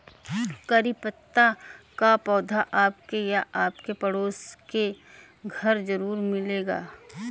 करी पत्ता का पौधा आपके या आपके पड़ोसी के घर ज़रूर मिलेगा